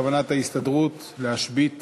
הנושא: כוונת ההסתדרות להשבית